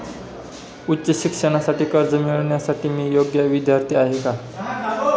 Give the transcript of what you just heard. उच्च शिक्षणासाठी कर्ज मिळविण्यासाठी मी योग्य विद्यार्थी आहे का?